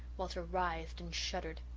walter writhed and shuddered.